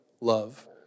love